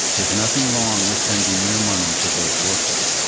there's nothing wrong with sending your money to those workers.